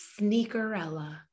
sneakerella